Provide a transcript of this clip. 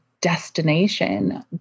destination